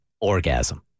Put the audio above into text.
orgasm